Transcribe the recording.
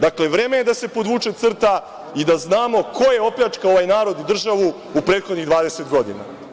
Dakle, vreme je da se podvuče crta i da znamo ko je opljačkao ovaj narod i državu u prethodnih 20 godina.